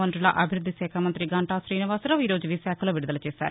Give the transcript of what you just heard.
వనరుల అభివృద్ది శాఖ మంతి గంటా శ్రీనివాసరావు ఈరోజు విశాఖలో విడుదల చేశారు